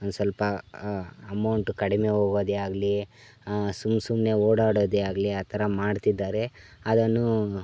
ಒಂದು ಸ್ವಲ್ಪ ಅಮೌಂಟು ಕಡಿಮೆ ಹೋಗೋದೆ ಆಗಲಿ ಸುಮ್ಮ ಸುಮ್ಮನೆ ಓಡಾಡೋದೆ ಆಗಲಿ ಆ ಥರ ಮಾಡ್ತಿದ್ದಾರೆ ಅದನ್ನು